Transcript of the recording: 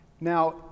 Now